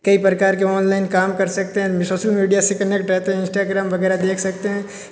कई प्रकार के ऑनलाइन काम कर सकते हैं सोसल मीडिया से कनेक्ट रहते हैं इंश्टाग्राम वगैरह देख सकते हैं